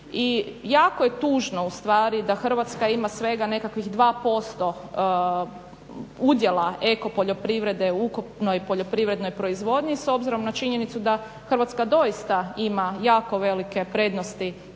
jako je tužno ustvari da Hrvatska ima svega nekakvih 2% udjela eko poljoprivrede u ukupnoj poljoprivrednoj proizvodnji s obzirom na činjenicu da Hrvatska doista ima jako velike prednosti